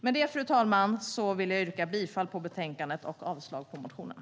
Med det, fru talman, vill jag yrka bifall till utskottets förslag i betänkandet och avslag på motionerna.